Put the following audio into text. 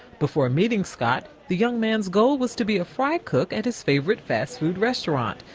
before meeting scott, the young man's goal was to be a fry cook at his favorite fast food restaurant,